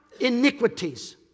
iniquities